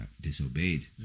disobeyed